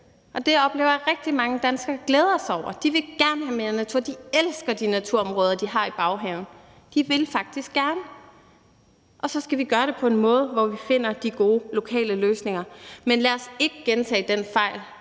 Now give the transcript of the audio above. og det oplever jeg at rigtig mange danskere glæder sig over. De vil gerne have mere natur, de elsker de naturområder, de har i baghaven. De vil faktisk gerne. Og så skal vi gøre det på en måde, hvor vi finder de gode lokale løsninger. Men lad os ikke gentage den fejl,